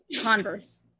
Converse